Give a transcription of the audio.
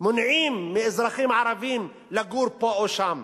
מונעים מאזרחים ערבים לגור פה או שם?